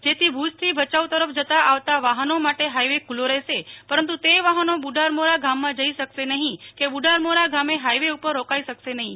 જેથી ભુજથી ભચાઉ તરફ જતા આવતા વાહનો માટે હાઈવે ખુલ્લા રહેશે પરંતુ તે વાહનો ગામમાં જઈ શકશે નહીં કે બુઢારમાોર ગામે હાઈવે ઉપર રોકાઈ શકશે નહીં